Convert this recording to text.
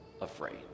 afraid